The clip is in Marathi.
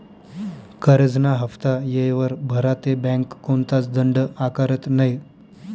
करजंना हाफ्ता येयवर भरा ते बँक कोणताच दंड आकारत नै